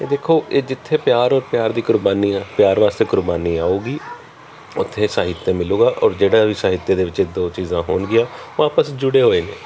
ਦੇਖੋ ਇਹ ਜਿੱਥੇ ਪਿਆਰ ਪਿਆਰ ਦੀ ਕੁਰਬਾਨੀ ਆ ਪਿਆਰ ਵਾਸਤੇ ਕੁਰਬਾਨੀ ਆਊਗੀ ਉੱਥੇ ਸਾਹਿਤਯ ਮਿਲੂਗਾ ਔਰ ਜਿਹੜਾ ਵੀ ਸਾਹਿਤਯ ਦੇ ਵਿੱਚ ਦੋ ਚੀਜ਼ਾਂ ਹੋਣਗੀਆਂ ਉਹ ਆਪਸ 'ਚ ਜੁੜੇ ਹੋਏ ਨੇ